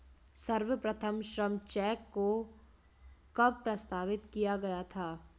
सर्वप्रथम श्रम चेक को कब प्रस्तावित किया गया था?